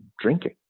drinking